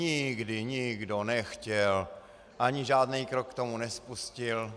Nikdy nikdo nechtěl, ani žádný krok k tomu nespustil!